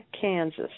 Kansas